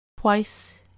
twice